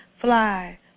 fly